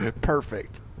perfect